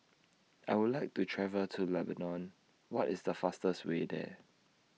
I Would like to travel to Lebanon What IS The fastest Way There